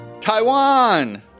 Taiwan